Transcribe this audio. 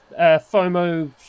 FOMO